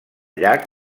llac